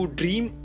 dream